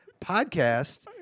podcast